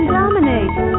dominate